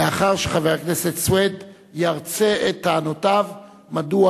לאחר שחבר הכנסת סוייד ירצה את טענותיו מדוע